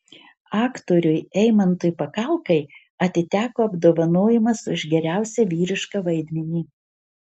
aktoriui eimantui pakalkai atiteko apdovanojimas už geriausią vyrišką vaidmenį